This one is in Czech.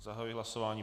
Zahajuji hlasování.